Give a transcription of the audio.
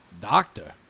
Doctor